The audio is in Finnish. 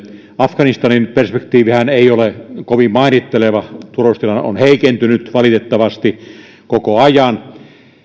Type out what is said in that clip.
afganistanin perspektiivihän ei ole kovin mairitteleva turvallisuustilanne on heikentynyt valitettavasti koko ajan